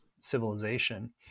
civilization